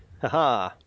haha